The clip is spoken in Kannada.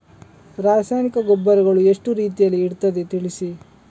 ರಾಸಾಯನಿಕ ಗೊಬ್ಬರಗಳು ಎಷ್ಟು ರೀತಿಯಲ್ಲಿ ಇರ್ತದೆ ತಿಳಿಸಿ?